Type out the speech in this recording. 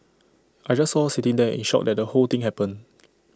I just saw her sitting there in shock that the whole thing happened